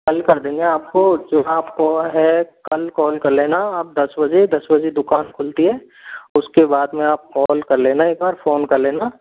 कल कर देंगे आपको जो ना आपको है कल कॉल कर लेना आप दस बजे दस बजे दुकान खुलती है उसके बाद में आप कॉल कर लेना एक बार फोन कर लेना